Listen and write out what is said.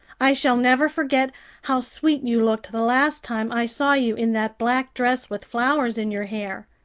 i shall never forget how sweet you looked the last time i saw you in that black dress with flowers in your hair.